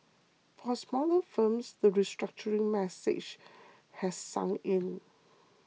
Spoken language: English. for smaller firms the restructuring message has sunk in